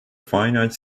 finite